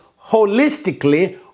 holistically